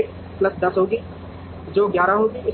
1 plus 10 होगी जो कि 11 होगी